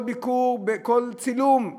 כל צילום,